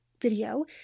video